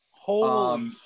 Holy